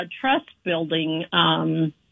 trust-building